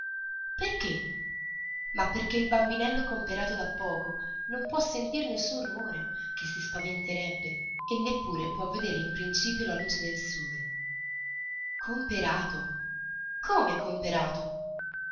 perché ma perché il bambinello comperato da poco non può sentire nessun rumore ché si spaventerebbe e neppure può vedere in principio la luce del sole comperato come comperato